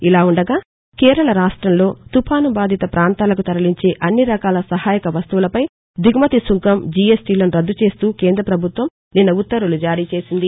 ఇలావుండగా కేరళ రాష్టంలో తుఫాను బాధిత పాంతాలకు తరలించే అన్ని రకాల సహాయక వస్తువులపై దిగుమతి సుంకం జిఎస్టీ లను రద్దు చేస్తూ కేంద్రపభుత్వం నిన్న ఉత్తర్వులు జారీ చేసింది